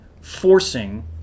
forcing